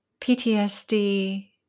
PTSD